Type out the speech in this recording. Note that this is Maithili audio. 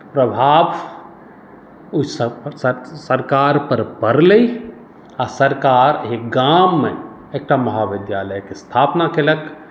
प्रभाव ओ सरकारपर पड़लै आ सरकार एहि गाममे एकटा महाविद्यालयके स्थापना कयलक